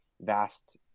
vast